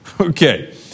Okay